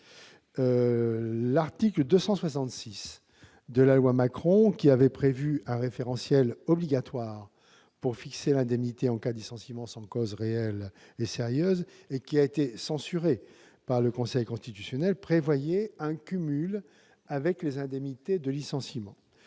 économiques, la loi Macron, qui instituait un référentiel obligatoire pour fixer l'indemnité en cas de licenciement sans cause réelle et sérieuse, mais qui a été censuré par le Conseil constitutionnel, prévoyait un cumul avec les indemnités de licenciement.